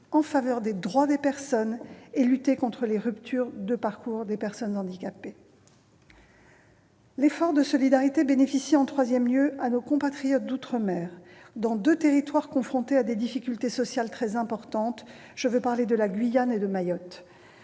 en faveur des droits des personnes et lutter contre les ruptures de parcours des personnes handicapées. L'effort de solidarité bénéficie, en troisième lieu, à nos compatriotes d'outre-mer, dans deux territoires confrontés à des difficultés sociales très importantes : la Guyane et Mayotte.